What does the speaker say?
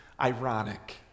ironic